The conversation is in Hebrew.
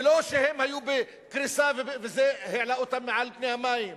ולא שהם היו בקריסה וזה העלה אותם מעל פני המים.